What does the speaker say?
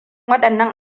waɗannan